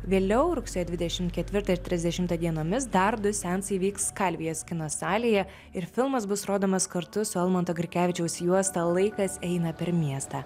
vėliau rugsėjo dvidešim ketvirtą ir trisdešimtą dienomis dar du seansai vyks skalvijos kino salėje ir filmas bus rodomas kartu su almanto grikevičiaus juosta laikas eina per miestą